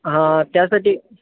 हां त्यासाठी